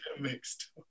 mixed